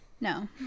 No